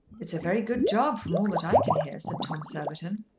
it's a very good job from all that i can hear, said tom surbiton.